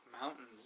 mountains